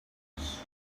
was